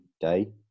day